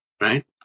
right